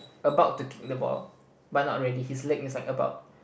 about to kick the ball but not really his leg is like about